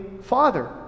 father